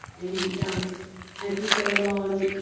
and as we go along,